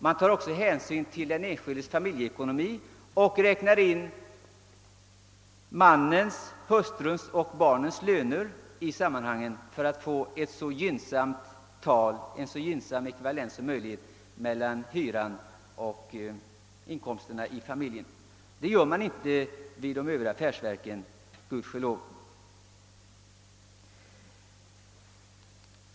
Man tar också hänsyn till familjens ekonomi och räknar in mannens, hustruns och barnens löner för att få en för arbetsgivaren så gynnsam relation som möjligt mellan hyran och familjens inkomster.